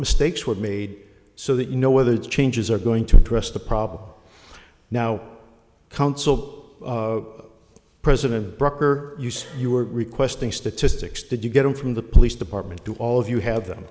mistakes were made so that you know whether the changes are going to address the problem now council president brucker you say you were requesting statistics did you get in from the police department do all of you have them